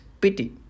pity